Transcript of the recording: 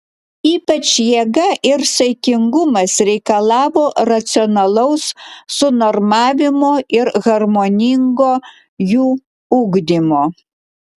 ypač jėga ir saikingumas reikalavo racionalaus sunormavimo ir harmoningo jų ugdymo